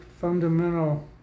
fundamental